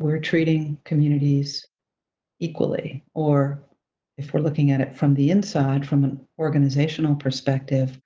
we're treating communities equally, or if we're looking at it from the inside, from an organizational perspective,